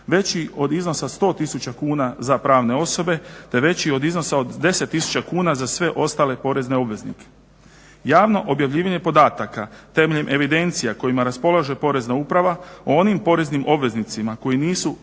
veći od iznosa 100 tisuća kuna za pravne osobe te veći od iznosa od 10 tisuća kuna za sve ostale porezne obveznike. Javno objavljivanje podataka temeljem evidencija kojima raspolaže Porezna uprava o onim poreznim obveznicima koji nisu